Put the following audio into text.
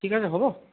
ঠিক আছে হ'ব